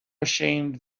ashamed